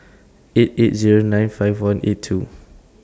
eight eight Zero nine five one eight two